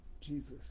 Jesus